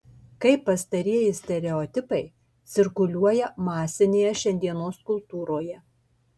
kaip pastarieji stereotipai cirkuliuoja masinėje šiandienos kultūroje